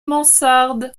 mansarde